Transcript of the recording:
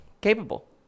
capable